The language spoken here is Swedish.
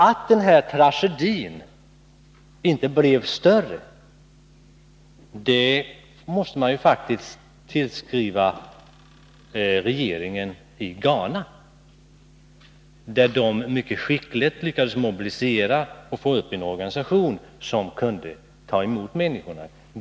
Att tragedin inte blev större måste man faktiskt tillskriva regeringen i Ghana, som mycket skickligt lyckades mobilisera en organisation som relativt smidigt kunde ta emot människorna.